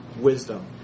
wisdom